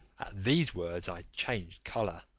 these words i changed colour,